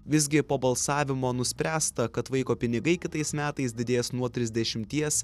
visgi po balsavimo nuspręsta kad vaiko pinigai kitais metais didės nuo trisdešimties